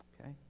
Okay